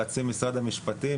רצים למשרד המשפטים,